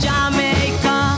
Jamaica